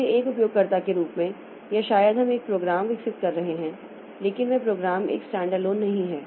इसलिए एक उपयोगकर्ता के रूप में या शायद हम एक प्रोग्राम विकसित कर रहे हैं लेकिन वह प्रोग्राम एक स्टैंडअलोन नहीं है